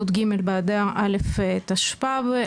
י"ג באדר א' תשפ"ב,